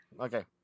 Okay